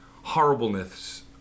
horribleness